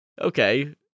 Okay